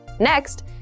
Next